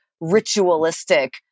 ritualistic